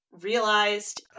realized